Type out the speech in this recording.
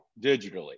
digitally